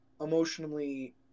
emotionally